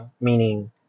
Meaning